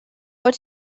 what